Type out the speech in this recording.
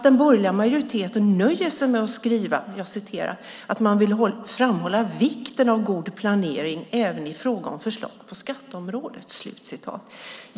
Den borgerliga majoriteten nöjer sig med att skriva att man vill "framhålla vikten av god planering även i fråga om förslag på skatteområdet".